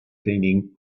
cleaning